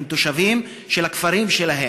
הם תושבים של הכפרים שלהם,